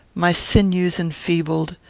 my sinews enfeebled,